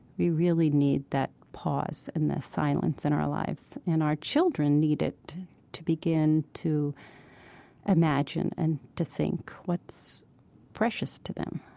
we really need that pause and the silence in our lives. and our children need it to begin to imagine and to think what's precious to them.